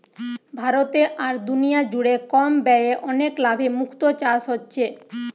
ভারতে আর দুনিয়া জুড়ে কম ব্যয়ে অনেক লাভে মুক্তো চাষ হচ্ছে